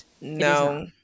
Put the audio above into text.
No